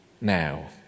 now